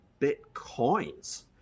bitcoins